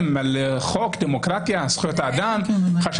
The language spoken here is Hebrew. אבל